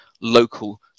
local